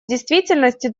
действительности